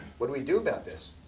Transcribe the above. what do we do about this?